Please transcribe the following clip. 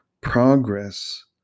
progress